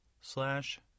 slash